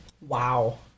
Wow